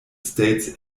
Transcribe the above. states